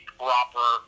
proper